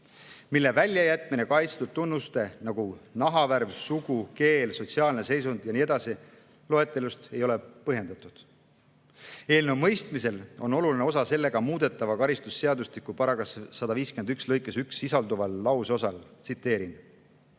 mille väljajätmine kaitstud tunnuste loetelust, nagu nahavärv, sugu, keel, sotsiaalne seisund ja nii edasi, ei ole põhjendatud. Eelnõu mõistmisel on oluline osa sellega muudetava karistusseadustiku § 151 lõikes 1 sisalduval lauseosal "viisil,